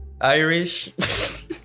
Irish